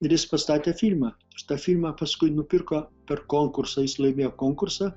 ir jis pastatė filmą šitą filmą paskui nupirko per konkursą jis laimėjo konkursą